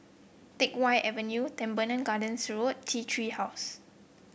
Teck Whye Avenue Teban Gardens Road T Tree House